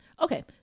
okay